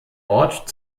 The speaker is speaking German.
ort